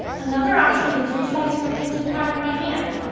another option is resizing a printed pattern by hand.